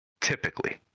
typically